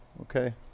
okay